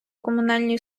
комунальні